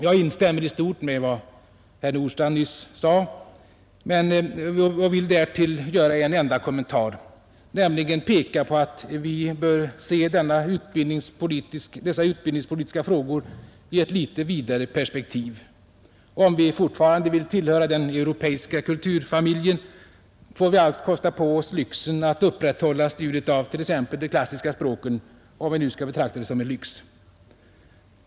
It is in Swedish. Jag instämmer i stort med vad herr Nordstrandh nyss sade och vill därtill göra en enda kommentar, nämligen att vi bör se dessa utbildningspolitiska frågor i ett litet vidare perspektiv. Om vi fortfarande vill tillhöra den europeiska kulturfamiljen, får vi allt kosta på oss lyxen att upprätthålla studiet av t.ex. de klassiska språken, om detta nu skall betraktas som en lyx.